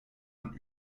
und